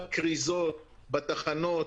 מכם,